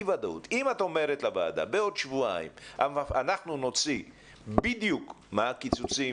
אם את אומרת לוועדה: בעוד שבועיים אנחנו נגיד בדיוק מה הקיצוצים,